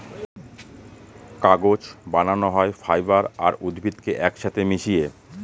কাগজ বানানো হয় ফাইবার আর উদ্ভিদকে এক সাথে মিশিয়ে